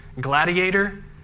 Gladiator